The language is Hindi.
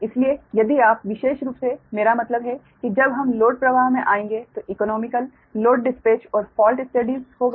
इसलिए यदि आप विशेष रूप से मेरा मतलब है कि जब हम लोड प्रवाह में आएंगे तो एकोनोमिकल लोड डिस्पेच और फ़ाल्ट स्टडीस होगा